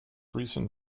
recent